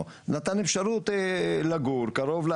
לצורך העניין,